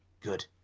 Good